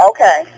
Okay